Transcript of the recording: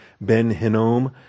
Ben-Hinnom